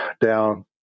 down